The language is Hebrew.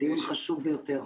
זה יום חשוב ביותר.